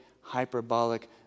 hyperbolic